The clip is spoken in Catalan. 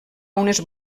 unes